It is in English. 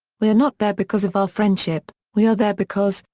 we are not there because of our friendship, we are there because,